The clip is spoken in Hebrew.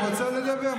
(אומר מילה ברוסית.) הוא רוצה לדבר,